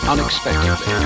Unexpectedly